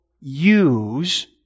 use